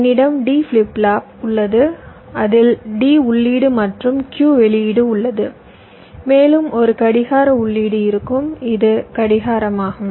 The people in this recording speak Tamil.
என்னிடம் D ஃபிளிப் ஃப்ளாப் உள்ளது அதில் D உள்ளீடு மற்றும் Q வெளியீடு உள்ளது மேலும் ஒரு கடிகார உள்ளீடு இருக்கும் இது கடிகாரம் ஆகும்